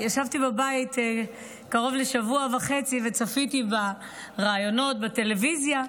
ישבתי בבית קרוב לשבוע וחצי וצפיתי בראיונות בטלוויזיה.